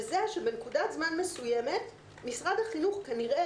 והוא שבנקודת זמן מסוימת משרד החינוך כנראה,